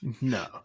No